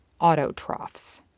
autotrophs